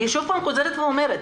אני חוזרת ואומרת,